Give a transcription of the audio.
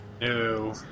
No